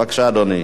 בבקשה, אדוני.